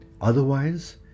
Otherwise